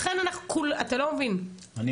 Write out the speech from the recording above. אתה לא מבין, אנחנו